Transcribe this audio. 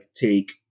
take